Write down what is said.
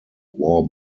war